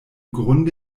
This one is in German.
grunde